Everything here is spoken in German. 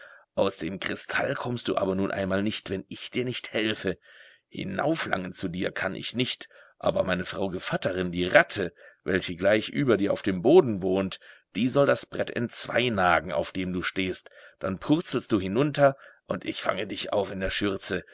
aus dem kristall kommst du aber nun einmal nicht wenn ich dir nicht helfe hinauflangen zu dir kann ich nicht aber meine frau gevatterin die ratte welche gleich über dir auf dem boden wohnt die soll das brett entzweinagen auf dem du stehst dann purzelst du hinunter und ich fange dich auf in der schürze